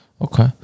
Okay